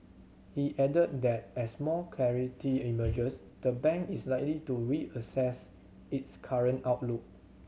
he added that as more clarity emerges the bank is likely to reassess its current outlook